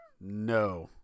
No